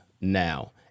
now